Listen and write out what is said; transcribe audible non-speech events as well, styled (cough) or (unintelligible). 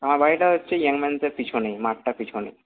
আমার বাড়িটা হচ্ছে (unintelligible) পিছনে মাঠটার পিছনেই